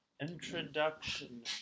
Introduction